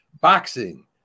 boxing